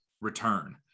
return